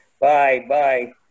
Bye-bye